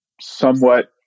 somewhat